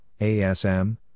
ASM